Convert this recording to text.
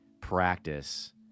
practice